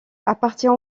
appartient